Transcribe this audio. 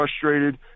frustrated